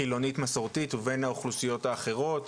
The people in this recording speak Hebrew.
חילונית מסורתית או בין האוכלוסיות האחרות,